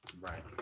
Right